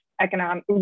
economic